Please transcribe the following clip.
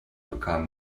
bekannt